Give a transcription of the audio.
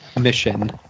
mission